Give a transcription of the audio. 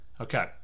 Okay